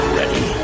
ready